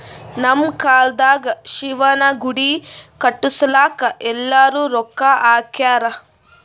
ನಮ್ ಕಾಲ್ದಾಗ ಶಿವನ ಗುಡಿ ಕಟುಸ್ಲಾಕ್ ಎಲ್ಲಾರೂ ರೊಕ್ಕಾ ಹಾಕ್ಯಾರ್